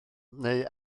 neu